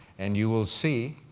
and you will see